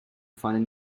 finding